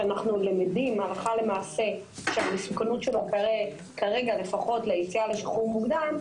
שאנחנו למדים הלכה למעשה שהמסוכנות שלו כרגע לפחות ליציאה לשחרור מוקדם,